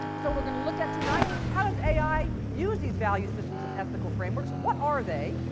so we're going to look at tonight how does ai use these value systems and ethical frameworks? what are they?